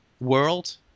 world